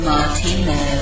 Martino